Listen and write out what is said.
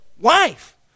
wife